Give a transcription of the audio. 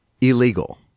illegal